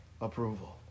approval